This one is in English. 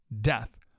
death